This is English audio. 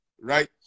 Right